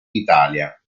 italia